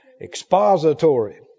Expository